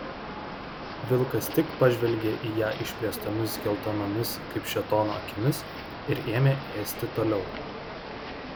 vilkas tik pažvelgė į ją išplėstomis geltonomis kaip šėtono akimis ir ėmė ėsti toliau